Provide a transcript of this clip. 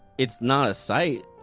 it's not a sight.